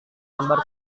lembar